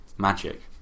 Magic